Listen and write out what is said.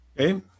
Okay